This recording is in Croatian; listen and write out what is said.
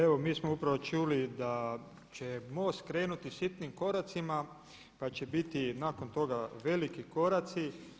Evo mi smo upravo čuli da će MOST krenuti sitnim koracima pa će biti nakon toga veliki koraci.